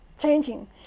changing